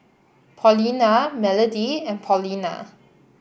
Paulina Melody and Paulina